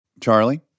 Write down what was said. Charlie